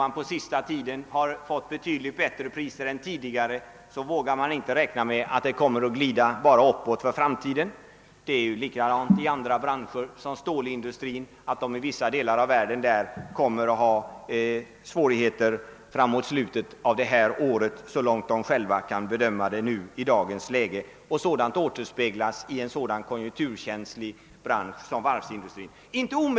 man på sista tiden fått ut betydligt bättre priser än tidigare, vågar man inte räkna med att det bara kommer att gå uppåt för framtiden. Det är likadant i andra branscher, exempelvis inom stålindustrin, vilken i vissa delar av världen kommer att ha svårigheter fram emot slutet av detta år såvitt denna industri själv kan bedöma situationen i dagens läge. Sådant återspeglas i en så konjunkturkänslig bransch som varvsindustrin.